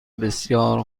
بسیار